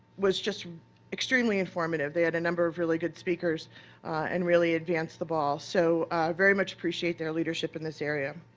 was just extremely informative. they had a number of really good speakers and really advanced the ball. so very much appreciate their leadership in this area.